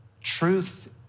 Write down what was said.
truth